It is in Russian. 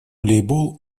волейбол